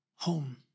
Home